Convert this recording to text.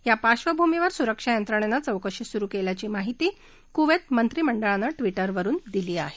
या पार्बंभूमीवर सुरक्षा यंत्रणेने चौकशी सुरू केली आहे अशी माहिती कुवेत मंत्रिमंडळानं ट्विटरवरून दिली आहे